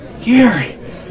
Gary